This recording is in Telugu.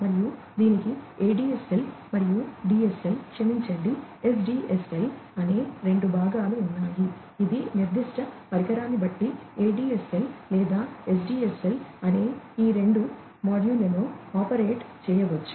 మరియు దీనికి ADSL మరియు DSL క్షమించండి SDSL అనే రెండు భాగాలు ఉన్నాయి ఇది నిర్దిష్ట పరికరాన్ని బట్టి ADSL లేదా SDSL అనే 2 మోడ్లలో ఆపరేట్ చేయవచ్చు